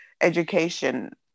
education